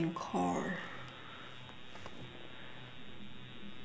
and core